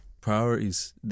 Priorities